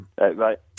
Right